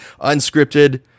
unscripted